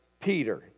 Peter